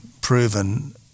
proven